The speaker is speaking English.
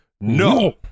No